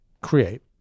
create